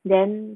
then